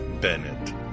Bennett